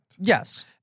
yes